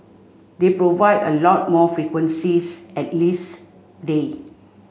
they provide a lot more frequencies at least day